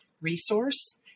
Resource